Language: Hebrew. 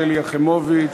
שלי יחימוביץ,